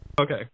Okay